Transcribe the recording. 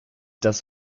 das